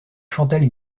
chantal